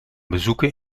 bezoeken